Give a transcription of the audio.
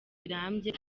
birambye